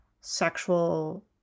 sexual